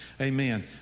Amen